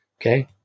Okay